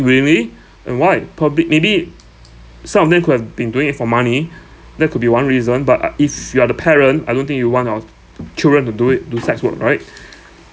willingly and why probably maybe some of them could have been doing it for money that could be one reason but uh if you are the parent I don't think you want your children to do it do sex work right